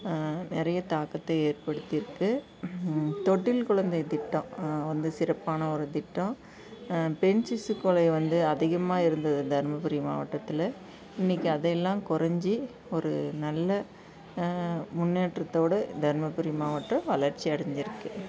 நிறைய தாக்கத்தை ஏற்படுத்தியிருக்கு தொட்டில் குழந்தைத் திட்டம் வந்து சிறப்பான ஒரு திட்டம் பெண் சிசுக்கொலை வந்து அதிகமாக இருந்தது தர்மபுரி மாவட்டத்தில் இன்றைக்கு அதுவெல்லாம் கொறைஞ்சி ஒரு நல்ல முன்னேற்றத்தோடு தர்மபுரி மாவட்டம் வளர்ச்சி அடைஞ்சிருக்குது